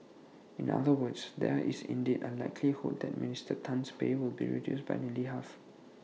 in other words there is indeed A likelihood that Minister Tan's pay will be reduced by nearly half